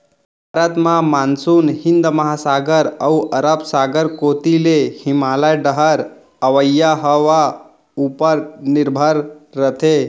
भारत म मानसून हिंद महासागर अउ अरब सागर कोती ले हिमालय डहर अवइया हवा उपर निरभर रथे